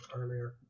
earlier